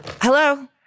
Hello